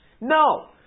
No